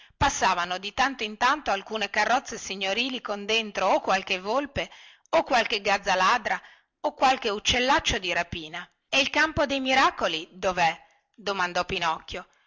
passavano di tanto in tanto alcune carrozze signorili con dentro o qualche volpe o qualche gazza ladra o qualche uccellaccio di rapina e il campo dei miracoli dovè domandò pinocchio